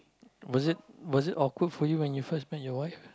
was it was it awkward for you when you first met your wife